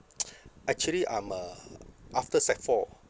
actually I'm a after sec four